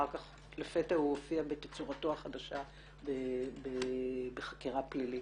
אחר כך הוא הופיע לפתע בתצורתו החדשה בחקירה פלילית,